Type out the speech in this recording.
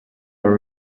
are